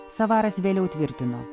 savaras vėliau tvirtino